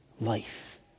life